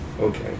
okay